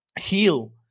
heal